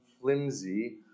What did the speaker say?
flimsy